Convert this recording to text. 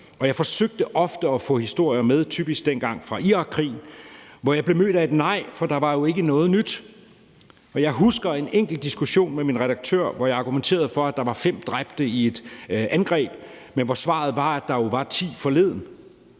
jeg forsøgte ofte at få historier med, typisk dengang fra Irakkrigen, hvor jeg blev mødt af et nej, for der var jo ikke noget nyt. Jeg husker en enkel diskussion med min redaktør, hvor jeg argumenterede med, at der var fem dræbte i et angreb, men hvor svaret var, at der jo var ti forleden.